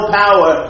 power